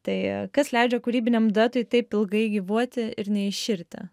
tai kas leidžia kūrybiniam duetui taip ilgai gyvuoti ir neiširti